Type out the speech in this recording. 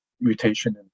mutation